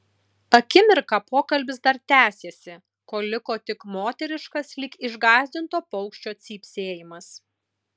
akimirką pokalbis dar tęsėsi kol liko tik moteriškas lyg išgąsdinto paukščio cypsėjimas